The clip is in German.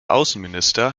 außenminister